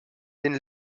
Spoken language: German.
den